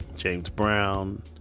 james brown,